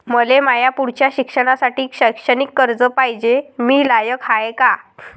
मले माया पुढच्या शिक्षणासाठी शैक्षणिक कर्ज पायजे, मी लायक हाय का?